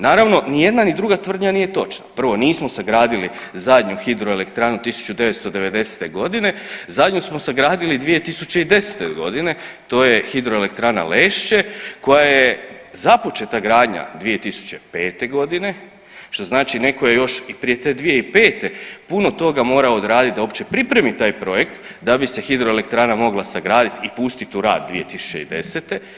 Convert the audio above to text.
Naravno ni jedna ni druga tvrdnja nije točna, prvo nismo sagradili zadnju hidroelektranu 1990.g., zadnju smo sagradili 2010.g., to je Hidroelektrana Lešće koja je započeta gradnja 2005.g., što znači neko je još i prije te 2005. puno toga morao odradit da uopće pripremi taj projekt da bi se hidroelektrana mogla sagradit i pustit u rad 2010.